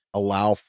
allow